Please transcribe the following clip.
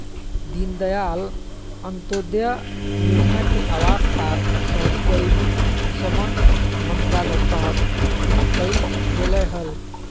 दीनदयाल अंत्योदय योजना के अवास आर शहरी गरीबी उपशमन मंत्रालय तहत शुरू कइल गेलय हल